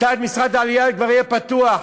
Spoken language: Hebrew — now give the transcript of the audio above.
משרד העלייה כבר יהיה פתוח.